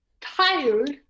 tired